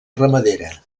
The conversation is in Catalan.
ramadera